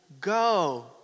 go